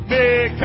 Make